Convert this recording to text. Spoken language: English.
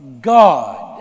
God